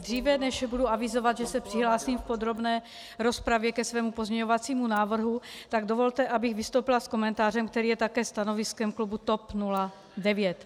Dříve než budu avizovat, že se přihlásím v podrobné rozpravě ke svému pozměňovacímu návrhu, tak dovolte, abych vystoupila s komentářem, který je také stanoviskem klubu TOP 09.